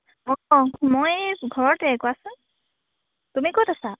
অঁ মই এই ঘৰতেই কোৱাচোন তুমি ক'ত আছা